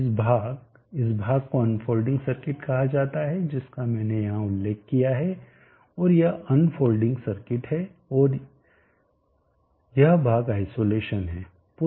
इस भाग इस भाग को अनफोल्डिंग सर्किट कहा जाता है जिसका मैंने यहां उल्लेख किया है और यह अनफोल्डिंग सर्किट है और यह भाग आइसोलेशन है